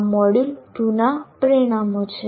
આ મોડ્યુલ2 ના પરિણામો છે